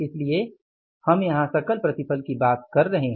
इसीलिए हम यहां सकल प्रतिफल की बात कर रहे हैं